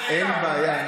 אין בעיה,